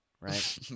right